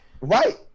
right